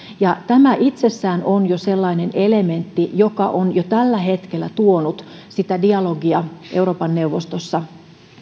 tämä jo itsessään on sellainen elementti joka on jo tällä hetkellä tuonut dialogia euroopan neuvostossa